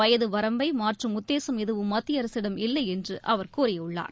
வயது வரம்பை மாற்றும் உத்தேசம் எதுவும் மத்திய அரசிடம் இல்லையென்று அவர் கூறியுள்ளார்